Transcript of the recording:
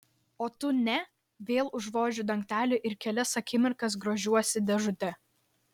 o tu ne vėl užvožiu dangtelį ir kelias akimirkas grožiuosi dėžute